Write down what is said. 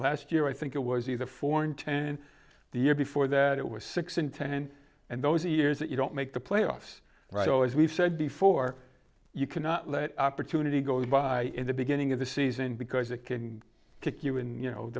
last year i think it was either four in ten the year before that it was six in ten and those years that you don't make the playoffs but always we've said before you cannot let opportunity go by the beginning of the season because it can kick you when you know